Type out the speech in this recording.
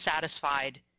satisfied